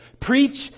Preach